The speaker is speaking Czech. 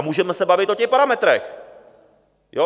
Můžeme se bavit o těch parametrech, jo?